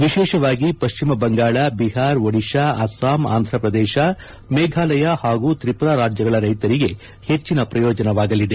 ವಿಶೇಷವಾಗಿ ಪಶ್ಚಿಮ ಬಂಗಾಳ ಬಿಹಾರ್ ಓಡಿಶಾ ಅಸ್ಪಾಂ ಆಂಧ್ರಪ್ರದೇಶ ಮೇಘಾಲಯ ಹಾಗೂ ತ್ರಿಪುರ ರಾಜ್ಯಗಳ ರೈತರಿಗೆ ಹೆಚ್ಚಿನ ಪ್ರಯೋಜನವಾಗಲಿದೆ